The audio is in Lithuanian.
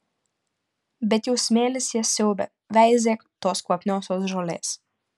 bet jau smėlis jas siaubia veizėk tos kvapniosios žolės